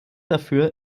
dafür